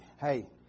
Hey